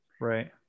Right